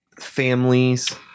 families